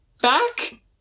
back